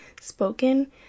spoken